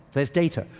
there's data.